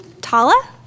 Tala